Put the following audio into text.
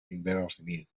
inverosímil